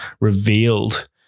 revealed